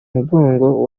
mugongo